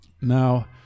Now